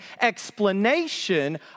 explanation